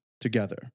together